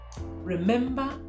Remember